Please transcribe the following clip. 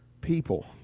people